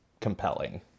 compelling